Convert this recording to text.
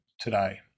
today